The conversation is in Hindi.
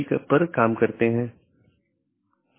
यह एक प्रकार की नीति है कि मैं अनुमति नहीं दूंगा